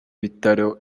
bitaro